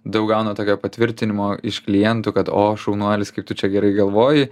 daug gauna tokio patvirtinimo iš klientų kad o šaunuolis kaip tu čia gerai galvoji